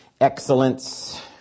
excellence